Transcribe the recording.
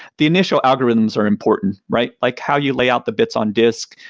the initial algorithms are important, right? like how you lay out the bits on disk,